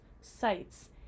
sites